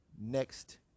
next